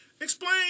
Explain